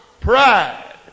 pride